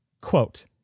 Quote